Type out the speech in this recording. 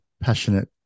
passionate